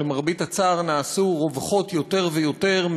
שלמרבה הצער נעשו רווחות יותר ויותר,